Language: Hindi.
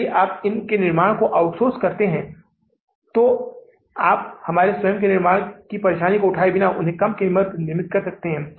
इसलिए कुल राशि 215530 रुपये आती है जिसे हम बैंक में वापस कर रहे हैं